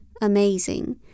amazing